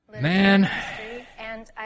Man